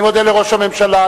אני מודה לראש הממשלה,